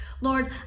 Lord